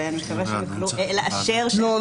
ואני מקווה שהם יוכלו לאשר --- לא,